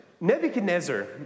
Nebuchadnezzar